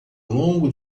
longo